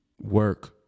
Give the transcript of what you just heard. work